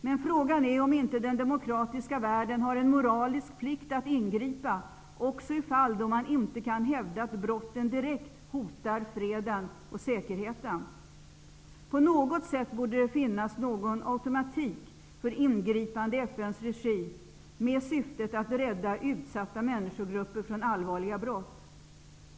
Men frågan är om inte den demokratiska världen har en moralisk plikt att ingripa, även i fall då man inte kan hävda att brotten direkt hotar freden och säkerheten. På något sätt borde det finnas en automatik för ingripande i FN:s regi med syftet att rädda utsatta människogrupper från allvarliga brott.